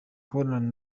kubonana